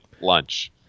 Lunch